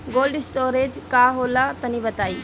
Cold storage का होला तनि बताई?